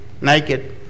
naked